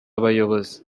abayobozi